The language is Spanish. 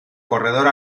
corredor